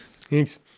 Thanks